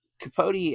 Capote